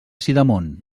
sidamon